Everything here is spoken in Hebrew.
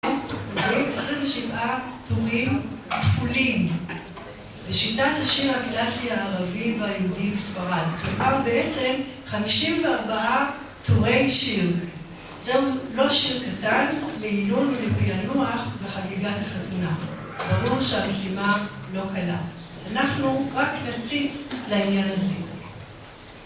27 טורים כפולים ‫בשיטת השיר הקלאסי הערבי והיהודי בספרד. ‫מדובר בעצם, 54 טורי שיר. ‫זהו, לא שיר קטן, ‫בעיון ומפענוח וחגיגת החתונה. ‫ברור שהמשימה לא קלה. ‫אנחנו רק נציץ על העניין הזה.